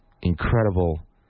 incredible